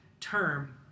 term